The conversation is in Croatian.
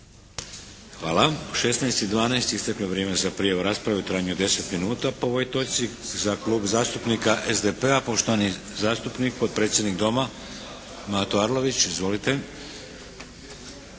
Hvala. U 16 i 12 isteklo je vrijeme za prijavu rasprave u trajanju od 10 minuta po ovoj točci. Za Klub zastupnika SDP-a, poštovani zastupnik potpredsjednik Doma Mato Arlović. Izvolite.